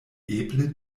eble